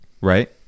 right